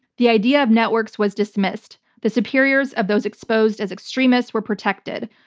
the idea of networks was dismissed. the superiors of those exposed as extremists were protected.